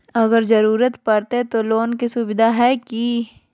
अगर जरूरत परते तो लोन के सुविधा है की?